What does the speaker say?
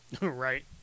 right